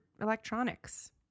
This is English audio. electronics